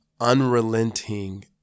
unrelenting